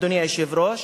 אדוני היושב-ראש,